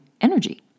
energy